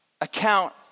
account